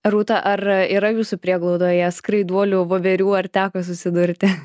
rūta ar yra jūsų prieglaudoje skraiduolių voverių ar teko susidurti